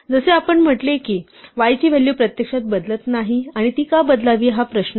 जसे आपण पाहिले की y ची व्हॅल्यू प्रत्यक्षात बदलत नाही आणि ती का बदलावी हा प्रश्न आहे